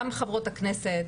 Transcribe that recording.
גם חברות הכנסת,